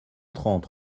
trente